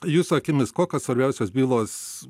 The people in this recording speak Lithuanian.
jūsų akimis kokios svarbiausios bylos